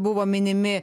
buvo minimi